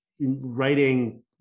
writing